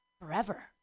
forever